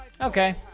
okay